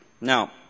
Now